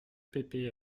pépé